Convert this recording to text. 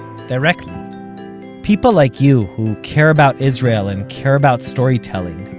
directly people like you, who care about israel and care about storytelling,